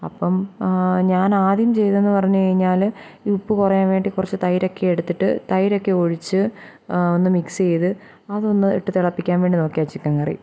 അപ്പം ഞാൻ ആദ്യം ചെയ്തെന്നു പറഞ്ഞു കഴിഞ്ഞാൽ ഈ ഉപ്പു കുറയാൻ വേണ്ടി കുറച്ച് തൈരൊക്കെ എടുത്തിട്ട് തൈരൊക്കെ ഒഴിച്ച് ഒന്ന് മിക്സ് ചെയ്ത് അതൊന്ന് ഇട്ട് തിളപ്പിക്കാൻ വേണ്ടി നോക്കി ആ ചിക്കൻ കറി